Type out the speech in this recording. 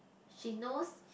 she knows